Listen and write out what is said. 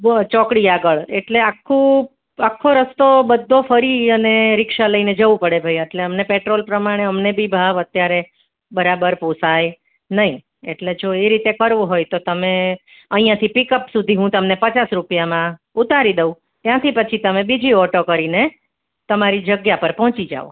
ચોકડી આગળ એટલે આખું આખો રસ્તો બધો ફરી અને રિક્ષા લઈને જવું પડે ભાઈ આપણે એટલે પેટ્રોલ પ્રમાણે અમને બી ભાવ અત્યારે બરાબર પોષાય નહીં એટલે જો એ રીતે કરવું હોય તો તમે અહીંયાથી પીકપ સુધી હું તમને પચાસ રૂપિયામાં ઉતારી દઉં ત્યાંથી પછી તમે બીજી ઓટો કરીને તમારી જગ્યા પર પહોંચી જાવ